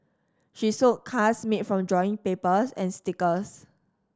she sold cards made from drawing papers and stickers